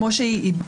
כמו שהיא,